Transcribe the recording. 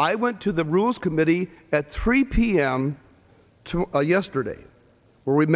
i went to the rules committee at three p m to yesterday where we